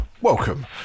welcome